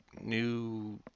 new